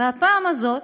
הפעם הזאת